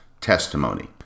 testimony